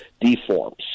deforms